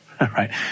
right